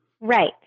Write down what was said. Right